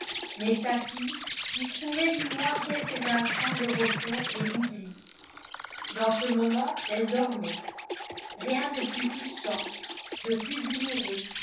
mais sa fille y trouvait du moins quelques instants de repos et d'oubli dans ce moment elle dormait rien de plus touchant de plus douloureux